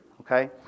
okay